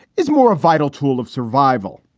is more a vital tool of survival.